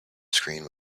screen